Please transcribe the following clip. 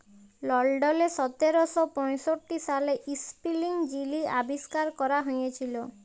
লল্ডলে সতের শ পঁয়ষট্টি সালে ইস্পিলিং যিলি আবিষ্কার ক্যরা হঁইয়েছিল